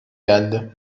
geldi